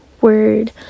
word